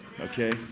Okay